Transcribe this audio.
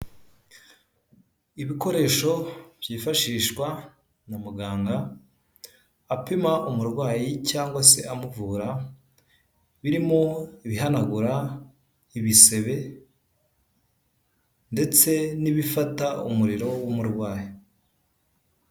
Ibikoresho byifashishwa na muganga apima umurwayi cyangwa se amuvura, birimo ibihanagura ibisebe ndetse n'ibifata umuriro w'umurwayi.